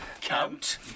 Count